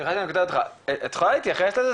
סליחה שאני קוטע אותך, את יכולה להתייחס לזה?